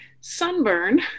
sunburn